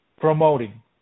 promoting